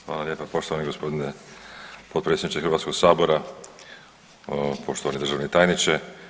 Hvala lijepa poštovani gospodine potpredsjedniče Hrvatskoga sabora, poštovani državni tajniče.